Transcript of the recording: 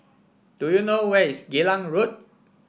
do you know where is Geylang Road